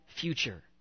future